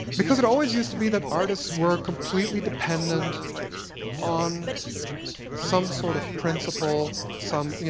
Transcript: because it always used to be that artists were completely dependent on some sort of principal, some